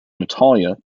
natalia